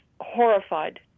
horrified